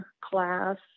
class